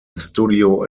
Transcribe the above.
studio